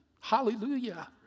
Hallelujah